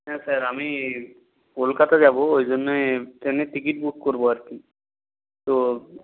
হ্যাঁ স্যার আমি কলকাতা যাবো ওই জন্যই ট্রেনের টিকিট বুক করবো আর কী তো